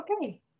okay